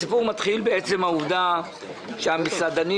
אנחנו עוברים לסעיף בסדר היום אלה בעצם שני סעיפים שהם סעיף אחד,